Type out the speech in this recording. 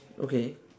okay